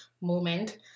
moment